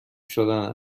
شدن